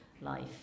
life